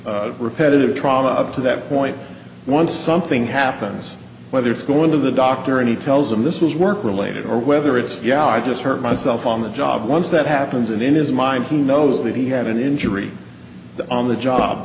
of repetitive trauma up to that point once something happens whether it's going to the doctor and he tells them this was work related or whether it's yeah i just hurt myself on the job once that happens and in his mind he knows that he had an injury on the job